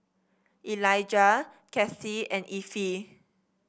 Elijah Cathi and Effie